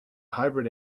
hybrid